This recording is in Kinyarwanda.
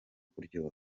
kuryoha